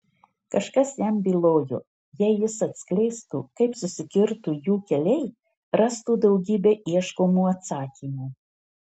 kažkas jam bylojo jei jis atskleistų kaip susikirto jų keliai rastų daugybę ieškomų atsakymų